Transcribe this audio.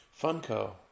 Funko